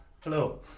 hello